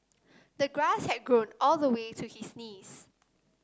the grass had grown all the way to his knees